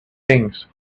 things